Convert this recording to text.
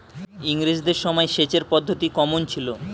ইঙরেজদের সময় সেচের পদ্ধতি কমন ছিল?